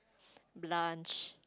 blanch